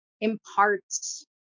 imparts